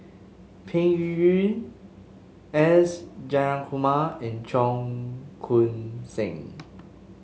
Peng Yuyun S Jayakumar and Cheong Koon Seng